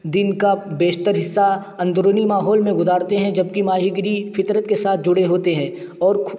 دن کا بیشتر حصہ اندرونی ماحول میں گزارتے ہیں جب کہ ماہی گیری فطرت کے ساتھ جڑے ہوتے ہیں اور